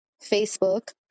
Facebook